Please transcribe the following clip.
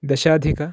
दशाधिक